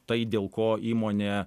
tai dėl ko įmonė